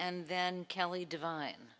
and then kellie divine